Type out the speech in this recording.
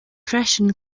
freisin